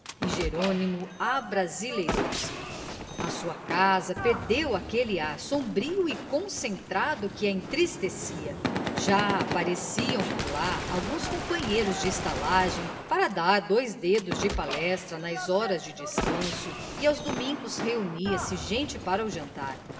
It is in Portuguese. e jerônimo abrasileirou se a sua casa perdeu aquele ar sombrio e concentrado que a entristecia já apareciam por lá alguns companheiros de estalagem para dar dois dedos de palestra nas horas de descanso e aos domingos reunia-se gente para o jantar